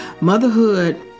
motherhood